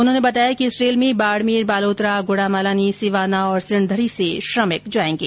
उन्होंने बताया कि इस रेल में बाड़मेर बालोतरा गुड़ामालानी सिवाना और सिणधरी से श्रमिक जाएंगे